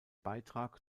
beitrag